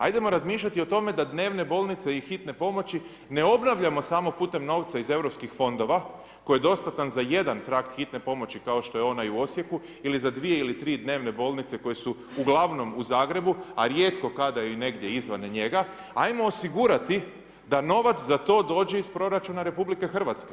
Ajdemo razmišljati o tome da dnevne bolnice i hitne pomoći ne obnavljamo samo putem novca iz EU fondova koji je dostatan za jedan trakt hitne pomoći kao što je onaj u Osijeku ili za dvije ili tri dnevne bolnice koje su uglavnom u Zagrebu, a rijetko kada i negdje izvan njega, ajmo osigurati da novac za to dođe iz proračuna RH.